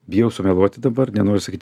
bijau sumeluoti dabar nenoriu sakyt